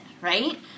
right